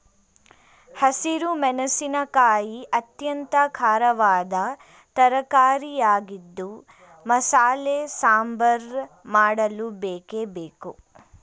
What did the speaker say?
ಹಸಿರು ಮೆಣಸಿನಕಾಯಿ ಅತ್ಯಂತ ಖಾರವಾದ ತರಕಾರಿಯಾಗಿದ್ದು ಮಸಾಲೆ ಸಾಂಬಾರ್ ಮಾಡಲು ಬೇಕೇ ಬೇಕು